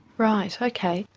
right, okay.